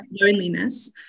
loneliness